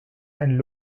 and